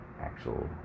actual